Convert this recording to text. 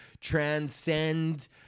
transcend